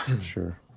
Sure